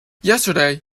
yesterday